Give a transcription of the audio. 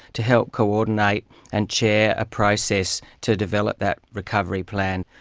to help coordinate and chair a process to develop that recovery plan.